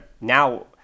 now